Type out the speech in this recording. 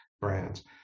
brands